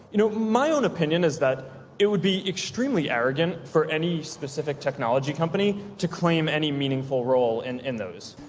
you know, my own opinion is that it would be extremely arrogant for any specific technology company to claim any meaningful role in, in those.